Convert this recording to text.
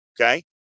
Okay